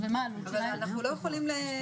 אבל צריך לדעת להחליט ביניהן.